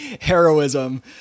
heroism